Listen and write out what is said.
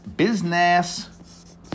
Business